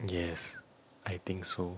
yes I think so